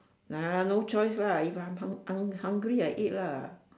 ah no choice lah if I'm hun~ hungry I eat lah